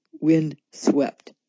wind-swept